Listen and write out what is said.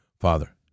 Father